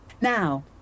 Now